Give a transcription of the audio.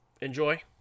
Enjoy